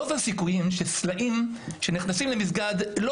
רוב הסיכויים שסלעים שנכנסים למסגד לא